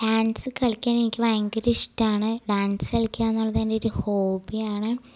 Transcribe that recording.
dance കളിക്കാൻ എനിക്ക് ഭയങ്കര ഇഷ്ട്മാണ് ഡാൻസ് കളിക്കുക എന്നുള്ളത് എൻ്റെ ഒരു ഹോബിയാണ്